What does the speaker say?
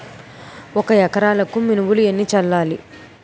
ఒక ఎకరాలకు మినువులు ఎన్ని చల్లాలి?